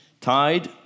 Tied